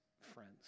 friends